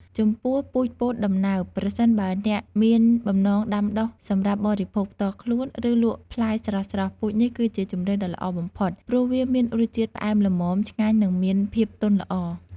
ចំពោះពូជពោតដំណើប ប្រសិនបើអ្នកមានបំណងដាំដុះសម្រាប់បរិភោគផ្ទាល់ខ្លួន ឬលក់ផ្លែស្រស់ៗ ពូជនេះគឺជាជម្រើសដ៏ល្អបំផុត ព្រោះវាមានរសជាតិផ្អែមល្មម ឆ្ងាញ់ និងមានភាពទន់ល្អ។